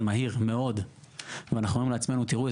מהיר מאוד ואנחנו אומרים לעצמנו: תראו,